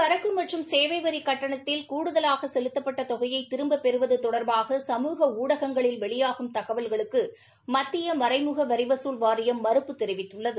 சரக்கு மற்றும் சேவை வரி கட்டணத்தில் கூடுதலாக செலுத்தப்பட்ட தொகையை திரும்ப பெறுவது தொடர்பாக சமூக ஊடங்களில் வெளியாகும் தகவல்களுக்கு மத்திய மறைமுக வரி வசூல் வாரியம் மறுப்பு தெரிவித்துள்ளது